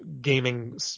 gaming